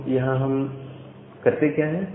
तो यहां हम करते क्या हैं